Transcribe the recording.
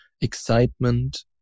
excitement